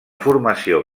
formació